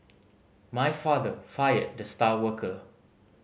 my father fired the star worker